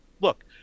Look